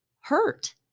hurt